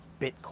Bitcoin